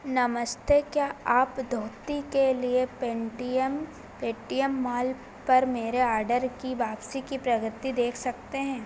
नमस्ते क्या आप धोती के लिए पेन्टीएम पेटीएम मॉल पर मेरे आडर की वापसी की प्रगति देख सकते हैं